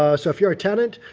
ah so if you're a tenant,